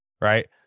Right